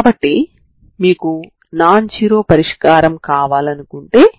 అంటే ∬0 0dξ కనుక్కోవాలనుకుంటున్నారు తర్వాత దీనిని 0నుండి వరకు దృష్ట్యా సమాకలనం చేయాలనుకుంటున్నారు అంటే మీరు ∬0 0dξ dη కనుక్కోవాలనుకుంటున్నారు